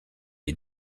est